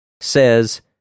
says